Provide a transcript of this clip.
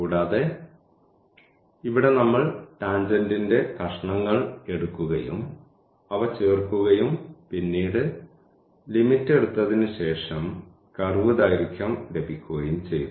കൂടാതെ ഇവിടെ നമ്മൾ ടാൻജെന്റിന്റെ കഷണങ്ങൾ എടുക്കുകയും അവ ചേർക്കുകയും പിന്നീട് ലിമിറ്റ് എടുത്തതിനുശേഷം കർവ് ദൈർഘ്യം ലഭിക്കുകയും ചെയ്തു